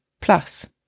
plus